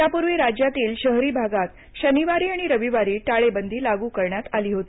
यापूर्वी राज्यातील शहरी भागात शनिवारी आणि रविवारी टाळेबंदी लागू करण्यात आली होती